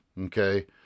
Okay